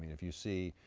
if you see,